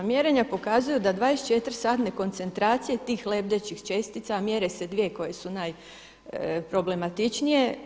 Mjerenja pokazuju da 24 satne koncentracije tih lebdećih čestica mjere se dvije koje su najproblematičnije.